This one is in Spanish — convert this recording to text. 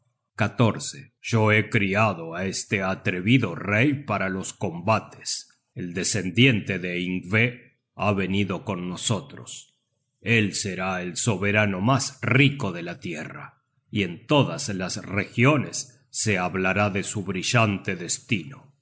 lobo yo he criado á este atrevido rey para los combates el descendiente de yngvé ha venido con nosotros él será el soberano mas rico de la tierra y en todas las regiones se hablará de su brillante destino